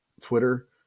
Twitter